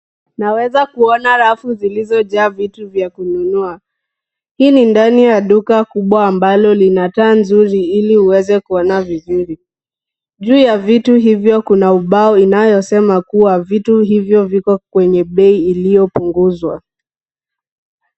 Naweza kuona rafu zilizojaa vitu vya kununua. Hii ni ndani ya duka kubwa ambalo lina taa nzuri ili uweze kuona vizuri. Juu ya vitu hivyo kuna ubao inayosema kuwa vitu hivyo vipo kwenye bei iliyopunguzwa.